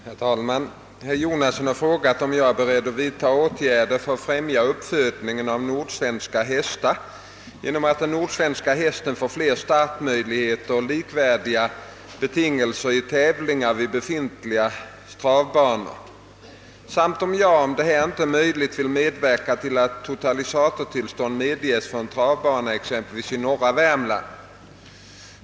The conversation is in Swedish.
Herr talman! Herr Jonasson har frågat, om jag är beredd vidta åtgärder för att främja uppfödningen av nordsvenska hästar genom att den nordsvenska hästen får fler startmöjligheter och likvärdiga betingelser i tävlingar vid befintliga travbanor samt om jag, om detta inte är möjligt, vill medverka till att totalisatortillstånd medges för en travbana exempelvis i norra Värmland.